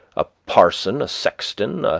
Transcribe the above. a parson, a sexton,